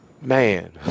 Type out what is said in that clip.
Man